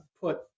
put